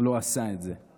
לא עשה את זה.